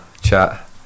chat